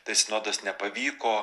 tai sinodas nepavyko